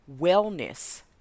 wellness